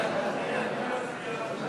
תגמולים לנכים,